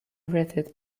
breathed